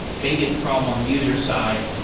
maybe it's a problem on the user side.